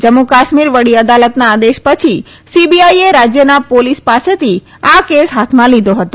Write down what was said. જમ્મુ કાશ્મીર વડી અદાલતના આદેશ પછી સીબીઆઇએ રાજ્યના પોલિસ પાસેથી આ કેસ હાથમાં લીધો હતો